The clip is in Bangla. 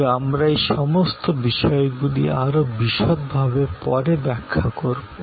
তবে আমরা এই সমস্ত বিষয়গুলি আরও বিশদ ভাবে পরে ব্যাখ্যা করব